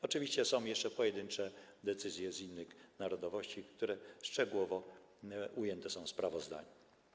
Oczywiście są jeszcze pojedyncze decyzje dotyczące innych narodowości, które szczegółowo ujęte są w sprawozdaniu.